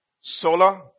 Sola